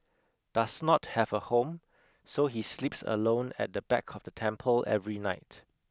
does not have a home so he sleeps alone at the back of the temple every night